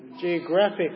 geographic